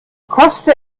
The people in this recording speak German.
koste